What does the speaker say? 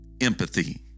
empathy